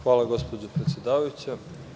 Hvala, gospođo predsedavajuća.